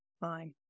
Fine